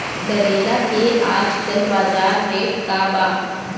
करेला के आजकल बजार रेट का बा?